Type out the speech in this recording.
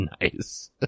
nice